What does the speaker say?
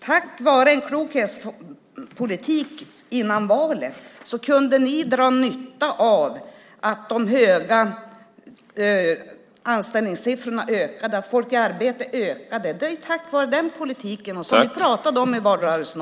Tack vare en klok s-politik före valet kunde ni dra nytta av att anställningssiffrorna ökade, att antalet personer i arbete ökade. Det är ju tack vare den politiken, vilket vi också pratade om i valrörelsen.